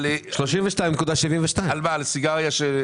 על סיגריה?